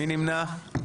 מי נמנע?